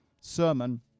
sermon